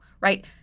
right